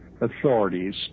authorities